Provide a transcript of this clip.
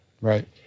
right